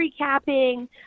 recapping